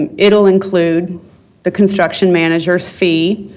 and it'll include the construction manager's fee,